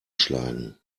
schlagen